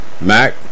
Mac